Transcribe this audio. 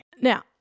now